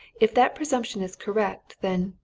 if that presumption is correct then,